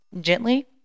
Gently